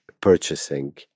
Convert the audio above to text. purchasing